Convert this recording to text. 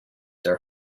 their